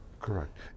Correct